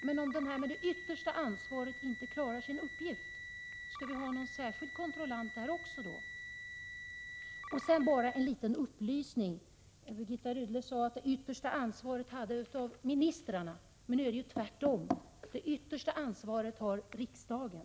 Men om den person som har det yttersta ansvaret inte klarar sin uppgift, skall vi då ha en särskild kontrollant där också? Sedan vill jag bara ge en liten upplysning. Birgitta Rydle sade att det yttersta ansvaret innehas av ministrarna. Så är det inte. Det yttersta ansvaret har riksdagen.